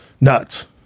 nuts